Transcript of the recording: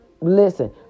Listen